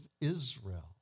Israel